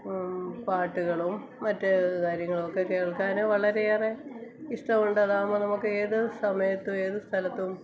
പാട്ടുകളും മറ്റ് കാര്യങ്ങളൊക്കെ കേൾക്കാന് വളരെയേറെ ഇഷ്ട്ടമുണ്ട് അതാകുമ്പോൾ നമുക്ക് ഏത് സമയത്തും ഏത് സ്ഥലത്തും